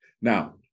now